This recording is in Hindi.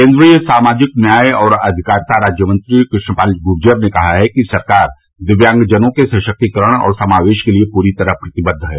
केन्द्रीय सामाजिक न्याय और अधिकारिता राज्य मंत्री कृष्णपाल गुर्जर ने कहा है कि सरकार दिव्यांगजनों के सशक्तीकरण और समावेश के लिए पूरी तरह प्रतिबद्ध है